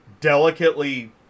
delicately